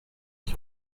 qui